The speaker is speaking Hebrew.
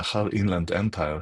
לאחר "אינלנד אמפייר",